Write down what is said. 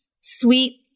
sweet